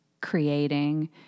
creating